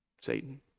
Satan